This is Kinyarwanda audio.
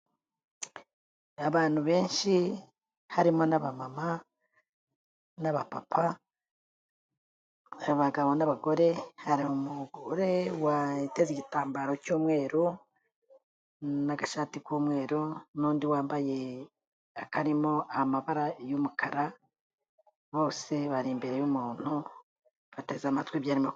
Abantu benshi harimo n'abamama n'abapapa abagabo n'abagore, hari umugore wateze igitambaro cy'umweru, n'agashati k'umweru n'undi wambaye akarimo amabara y'umukara, bose bari imbere y'umuntu bateze amatwi ibyo arimo kuvuga.